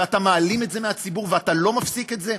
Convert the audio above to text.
ואתה מעלים את זה מהציבור ואתה לא מפסיק את זה?